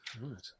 Right